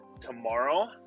tomorrow